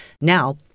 Now